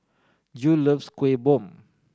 Jule loves Kuih Bom